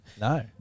No